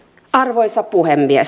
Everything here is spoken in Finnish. arvoisa puhemies